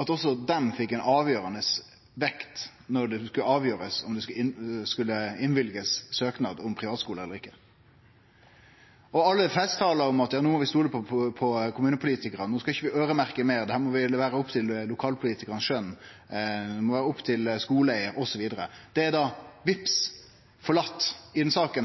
at også dei fekk avgjerande vekt når det skulle avgjerast om det skulle innvilgast søknad om privatskule eller ikkje. Og alle festtalar om at no må vi stole på kommunepolitikarane, no skal vi ikkje øyremerkje meir, dette må vere opp til lokalpolitikarane sitt skjøn, det må vere opp til skuleeigaren, osv., det er – vips, forlate i denne saka,